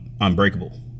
unbreakable